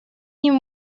ним